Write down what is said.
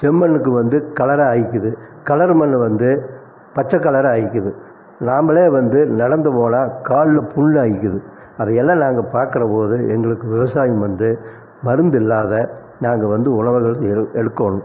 செம்மண்ணுக்கு வந்து கலராக ஆயிக்குது கலரு மண் வந்து பச்சை கலரு ஆகிக்குது நாம்மளே வந்து நடந்து போனால் காலில் புண்ணாகிக்குது அதையெல்லாம் நாங்கள் பாக்கிற போது எங்களுக்கு விவசாயம் வந்து மருந்து இல்லாத நாங்கள் வந்து உழவாளர்கள் எடுக்கணும்